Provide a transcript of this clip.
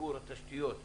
חיבור התשתיות תתחיל,